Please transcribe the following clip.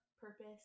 purpose